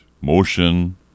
motion